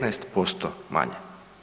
15% manje.